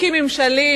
חוקים ממשליים,